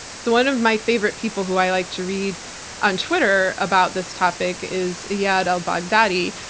so one of my favorite people who i like to read on twitter about this topic is iyad el-baghdadi.